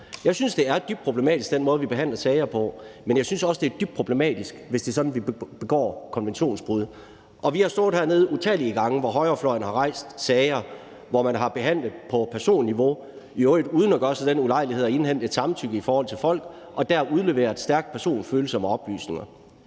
Jeg synes, den måde, vi behandler sager på, er dybt problematisk, men jeg synes også, det er dybt problematisk, hvis det er sådan, at vi begår konventionsbrud. Og vi har stået hernede utallige gange, hvor højrefløjen har rejst sager, hvor man har behandlet på personniveau – i øvrigt uden at gøre sig den ulejlighed at indhente samtykke fra folk – og der udleveret stærkt personfølsomme oplysninger.